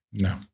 No